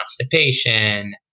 constipation